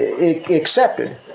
accepted